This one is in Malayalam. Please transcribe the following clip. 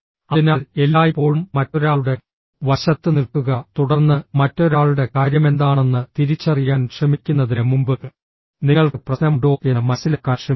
അതിനാൽ എല്ലായ്പ്പോഴും മറ്റൊരാളുടെ വശത്ത് നിൽക്കുക തുടർന്ന് മറ്റൊരാളുടെ കാര്യമെന്താണെന്ന് തിരിച്ചറിയാൻ ശ്രമിക്കുന്നതിന് മുമ്പ് നിങ്ങൾക്ക് പ്രശ്നമുണ്ടോ എന്ന് മനസിലാക്കാൻ ശ്രമിക്കുക